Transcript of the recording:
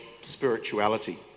spirituality